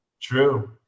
True